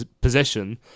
possession